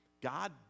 God